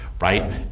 right